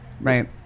right